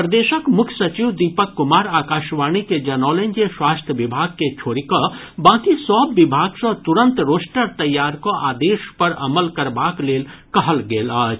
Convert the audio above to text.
प्रदेशक मुख्य सचिव दीपक कुमार आकाशवाणी के जनौलनि जे स्वास्थ्य विभाग के छोड़ि कऽ बांकी सभ विभाग सँ तुरंत रोस्टर तैयार कऽ आदेश पर अमल करबाक लेल कहल गेल अछि